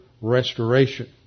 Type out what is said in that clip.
restoration